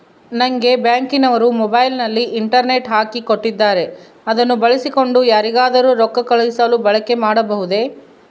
ನಂಗೆ ಬ್ಯಾಂಕಿನವರು ಮೊಬೈಲಿನಲ್ಲಿ ಇಂಟರ್ನೆಟ್ ಹಾಕಿ ಕೊಟ್ಟಿದ್ದಾರೆ ಅದನ್ನು ಬಳಸಿಕೊಂಡು ಯಾರಿಗಾದರೂ ರೊಕ್ಕ ಕಳುಹಿಸಲು ಬಳಕೆ ಮಾಡಬಹುದೇ?